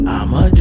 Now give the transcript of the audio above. I'ma